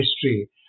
history